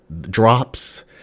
drops